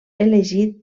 elegit